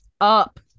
up